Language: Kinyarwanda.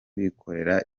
bikorera